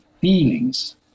feelings